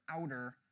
outer